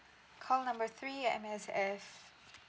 call number three M_S_F